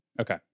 Okay